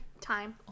time